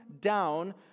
down